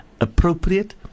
Appropriate